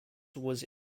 was